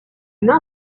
main